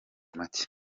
macye